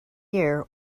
year